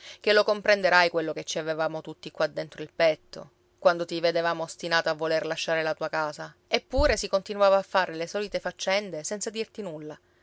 ché lo comprenderai quello che ci avevamo tutti qua dentro il petto quando ti vedevamo ostinato a voler lasciare la tua casa eppure si continuava a fare le solite faccende senza dirti nulla